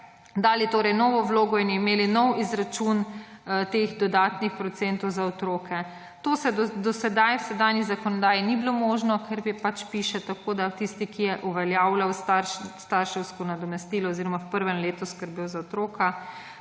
dali torej novo vlogo in imeli nov izračun teh dodatnih procentov za otroke. To se do sedaj, v sedanji zakonodaji ni bilo možno, ker pač piše, tako da tisti, ki je uveljavljal starševsko nadomestilo oziroma v prvem letu skrbel za otroka.